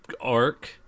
arc